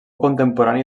contemporani